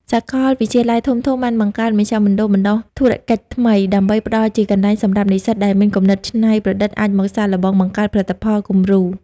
សាកលវិទ្យាល័យធំៗបានបង្កើត "មជ្ឈមណ្ឌលបណ្ដុះធុរកិច្ចថ្មី" ដើម្បីផ្ដល់ជាកន្លែងសម្រាប់និស្សិតដែលមានគំនិតច្នៃប្រឌិត អាចមកសាកល្បងបង្កើតផលិតផលគំរូ ។